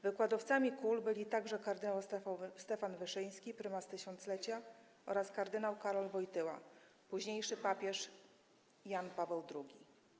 Wykładowcami KUL byli także kardynał Stefan Wyszyński, Prymas Tysiąclecia oraz kardynał Karol Wojtyła, późniejszy papież Jan Paweł II.